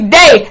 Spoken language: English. day